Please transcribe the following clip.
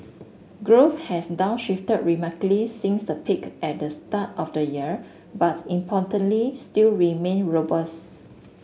growth has downshifted markedly since the peak at the start of the year but importantly still remains robust